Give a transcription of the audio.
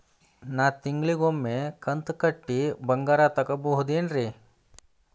ನಾ ತಿಂಗಳಿಗ ಒಮ್ಮೆ ಕಂತ ಕಟ್ಟಿ ಬಂಗಾರ ತಗೋಬಹುದೇನ್ರಿ?